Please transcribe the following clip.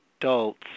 adults